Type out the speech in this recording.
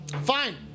Fine